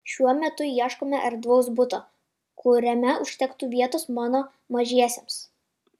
šiuo metu ieškome erdvaus buto kuriame užtektų vietos mano mažiesiems